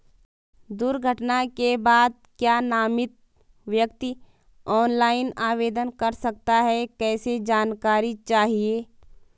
दुर्घटना के बाद क्या नामित व्यक्ति ऑनलाइन आवेदन कर सकता है कैसे जानकारी चाहिए?